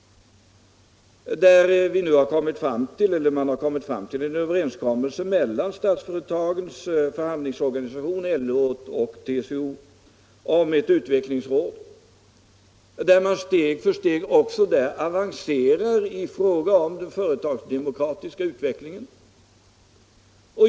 Det har nu träffats en överenskommelse mellan statsföretagens förhandlingsorganisation, LO och TCO om ett utvecklingsråd. Också där avancerar man steg för steg i den företagsdemokratiska utvecklingen.